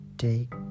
Take